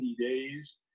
days